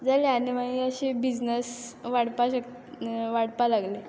जालें आनी मागीर अशें बिजनेस वाडपा वाडपा लागलें